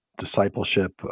discipleship